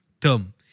term